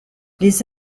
les